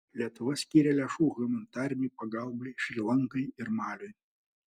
lietuva skyrė lėšų humanitarinei pagalbai šri lankai ir maliui